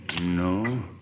No